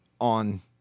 on